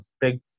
big